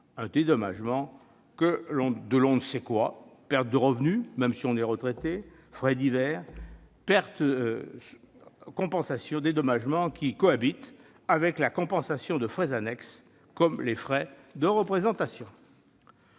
Un dédommagement d'on ne sait quoi- perte de revenu même si on est retraité, frais divers ... -cohabitant avec la compensation de frais annexes, comme les frais de représentation